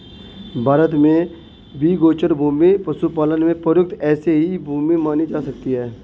भारत में भी गोचर भूमि पशुपालन में प्रयुक्त ऐसी ही भूमि मानी जा सकती है